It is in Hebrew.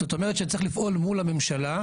זאת אומרת שצריך לפעול מול הממשלה,